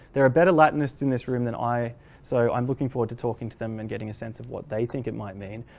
there are better latinist in this room than i so i'm looking forward to talking to them and getting a sense of what they think it might mean.